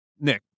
Nick